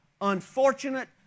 unfortunate